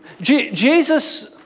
Jesus